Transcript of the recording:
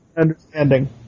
understanding